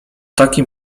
takim